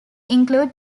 include